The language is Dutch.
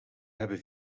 hebben